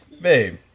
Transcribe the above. Babe